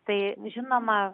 tai žinoma